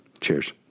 cheers